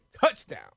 touchdown